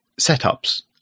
setups